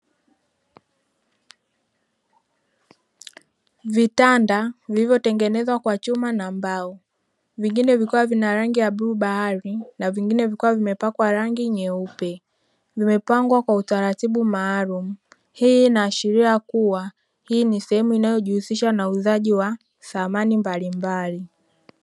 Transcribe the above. Vitanda vilivyotengenezwa kwa chuma na mbao, vingine vikiwa vina rangi ya bluu bahari na vingine vikiwa vimepakwa rangi nyeupe vimepangwa kwa utaratibu maalumu. Hii inaashiria kuwa hii ni sehemu inayojihusisha na uuzaji wa thamani mbalimbali.